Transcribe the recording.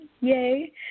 yay